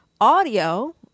audio